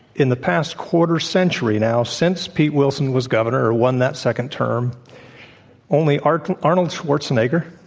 in the past quarter century now, since pete wilson was governor or won that second term only arnold arnold schwarzenegger,